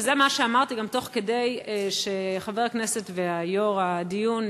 וזה מה שאמרתי תוך כדי שחבר הכנסת ויו"ר הדיון